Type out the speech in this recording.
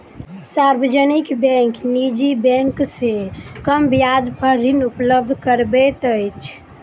सार्वजनिक बैंक निजी बैंक से कम ब्याज पर ऋण उपलब्ध करबैत अछि